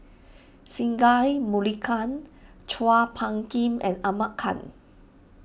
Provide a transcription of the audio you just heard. Singai Mukilan Chua Phung Kim and Ahmad Khan